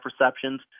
receptions